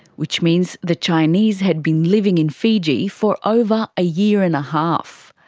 which means the chinese had been living in fiji for over a year and a half.